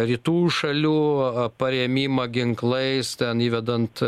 rytų šalių parėmimą ginklais ten įvedant